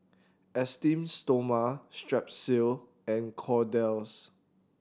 Esteem Stoma Strepsils and Kordel's